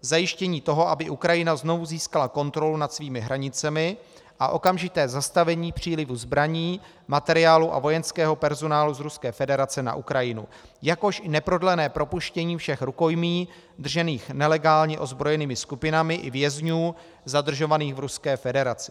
zajištění toho, aby Ukrajina znovu získala kontrolu nad svými hranicemi, a okamžité zastavení přílivu zbraní, materiálů a vojenského personálu z Ruské federace na Ukrajinu, jakož i neprodlené propuštění všech rukojmí držených nelegálně ozbrojenými skupinami i vězňů zadržovaných v Ruské federaci.